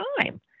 time